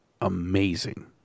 amazing